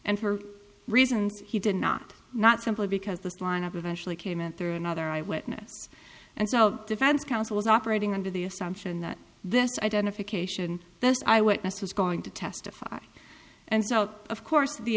and for reasons he did not not simply because this lineup eventually came in through another eye witness and so defense counsel was operating under the assumption that this identification this eyewitness was going to testify and so of course the